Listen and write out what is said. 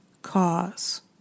cause